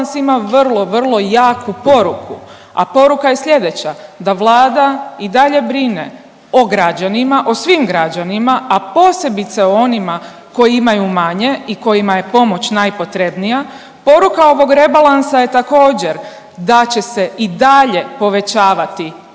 rebalans ima vrlo, vrlo jaku poruku, a poruka je sljedeća da i Vlada i dalje brine o građanima, o svim građanima, a posebice o onima koji imaju manje i kojima je pomoć najpotrebnija, poruka ovog rebalansa je također da će se i dalje povećavati sve